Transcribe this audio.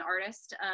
artist